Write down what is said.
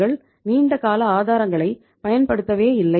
நாங்கள் நீண்ட கால ஆதாரங்களை பயன்படுத்தவே இல்லை